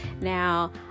Now